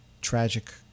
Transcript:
tragic